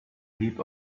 heap